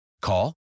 Call